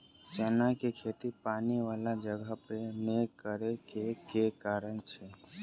चना केँ खेती पानि वला जगह पर नै करऽ केँ के कारण छै?